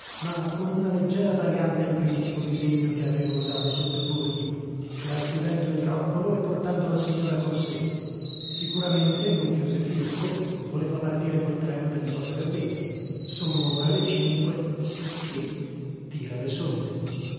ma con una leggera variante al primitivo disegno che avevo osato sottoporgli cioè chiudendo il roccolo e portando la signora con sè sicuramente conchiuse filippo voleva partire col treno delle quattro e venti sono ora le cinque sicchè tira le somme